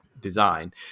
design